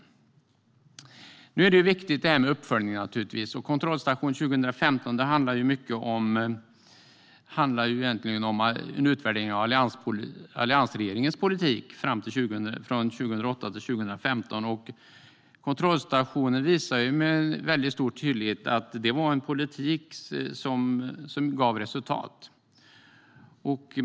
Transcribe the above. Det är naturligtvis viktigt med uppföljning. Kontrollstation 2015 var en utvärdering av alliansregeringens politik från 2008-2015. Den visar med stor tydlighet att det var en politik som gav resultat.